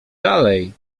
dalej